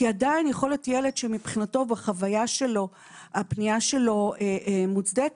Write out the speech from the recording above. כי עדיין יכול להיות ילד שמבחינתו ובחוויה שלנו הפנייה שלו מוצדקת,